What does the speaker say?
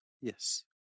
Yes